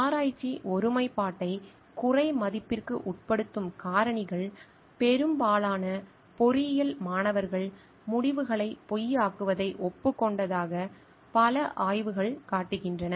ஆராய்ச்சி ஒருமைப்பாட்டைக் குறைமதிப்பிற்கு உட்படுத்தும் காரணிகள் பெரும்பாலான பொறியியல் மாணவர்கள் முடிவுகளை பொய்யாக்குவதை ஒப்புக்கொண்டதாக பல ஆய்வுகள் காட்டுகின்றன